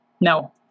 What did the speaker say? No